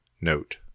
Note